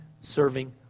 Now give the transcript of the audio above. serving